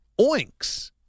oinks